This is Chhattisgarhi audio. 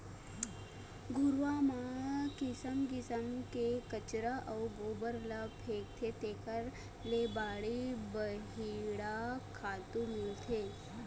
घुरूवा म किसम किसम के कचरा अउ गोबर ल फेकथे तेखर ले भारी बड़िहा खातू मिलथे